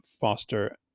Foster